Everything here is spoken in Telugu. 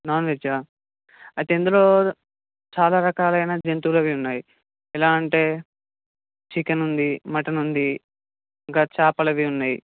నాన్ వెజ్జా అయితే ఇందులో చాలా రకాలలైనా జంతువులవి ఉన్నాయి ఎలా అంటే చికెన్ ఉంది మటన్ ఉంది ఇంకా చేపలు అవి ఉన్నాయి